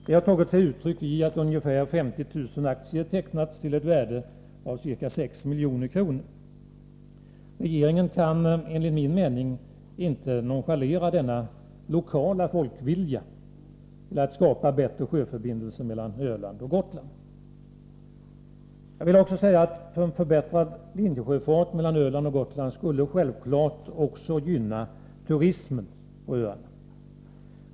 Det har tagit sig uttryck i att ungefär 50 000 aktier tecknats till ett värde av ca 6 milj.kr. Regeringen kan — enligt min mening — inte nonchalera denna lokala folkvilja, som vill skapa bättre sjöförbindelser mellan Öland och Gotland. Jag vill vidare framhålla att en förbättrad linjesjöfart mellan Öland och Gotland självfallet även skulle gynna turismen på öarna.